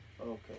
Okay